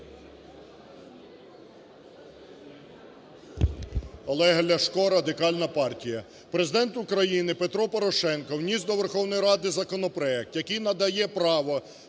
Олег Ляшко, Радикальна партія. Президент України Петро Порошенко вніс до Верховної Ради законопроект, який надає право